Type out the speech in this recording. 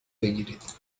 بگیرید